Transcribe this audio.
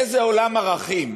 איזה עולם ערכים,